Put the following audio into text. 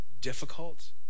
difficult